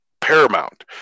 paramount